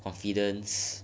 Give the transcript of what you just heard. confidence